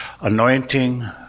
anointing